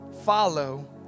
follow